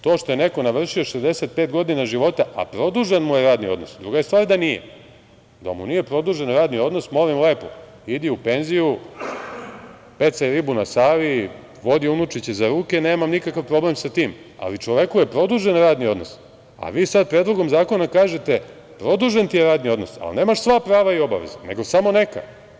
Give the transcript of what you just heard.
To što je neko navršio 65 godina života, a produžen mu je radni odnos, druga je stvar da nije, da mu nije produžen radni odnos molim lepo idi u penziju, pecaj ribu na Savi, vodi unučiće za ruke, nemam nikakav problem sa tim, ali čoveku je produžen radni odnos, a vi sad Predlogom zakona kažete produžen ti je radni odnos, ali nemaš sva prava i obaveze, nego samo neka.